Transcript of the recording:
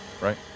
right